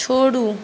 छोड़ू